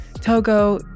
Togo